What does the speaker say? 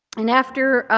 and after